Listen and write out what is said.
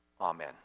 Amen